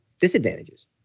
disadvantages